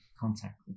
contact